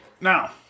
Now